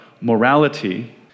morality